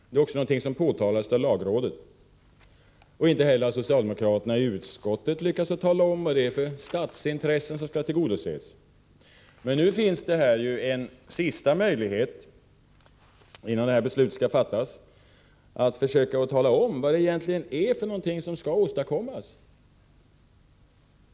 Detta påtalas också av lagrådet. Inte heller har socialdemokraterna i utskottet lyckats tala om vad det är för statsintressen som skall tillgodoses. Men nu finns här en sista möjlighet, innan beslutet skall fattas, att försöka tala om vad det är för någonting som skall åstadkommas.